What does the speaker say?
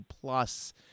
plus